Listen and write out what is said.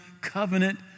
covenant